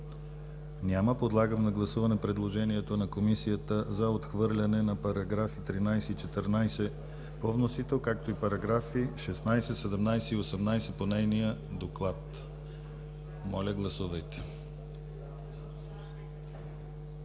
Няма. Подлагам на гласуване предложението на Комисията за отхвърляне на параграфи 13 и 14 по вносител, както и параграфи 16, 17 и 18 по нейния доклад. Моля, гласувайте.